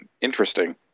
interesting